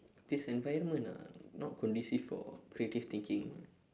this environment ah not conducive for creative thinking